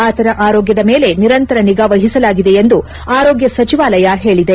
ಆತನ ಆರೋಗ್ಲದ ಮೇಲೆ ನಿರಂತರ ನಿಗಾವಹಿಸಲಾಗಿದೆ ಎಂದು ಆರೋಗ್ಲ ಸಚಿವಾಲಯ ಹೇಳದೆ